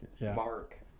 Mark